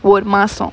ஒரு மாசம்:oru maasam